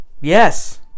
Yes